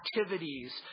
activities